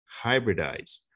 Hybridize